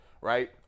right